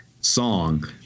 song